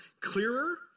clearer